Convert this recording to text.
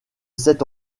cet